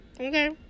Okay